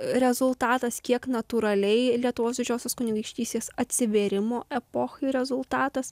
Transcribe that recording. rezultatas kiek natūraliai lietuvos didžiosios kunigaikštystės atsivėrimo epochai rezultatas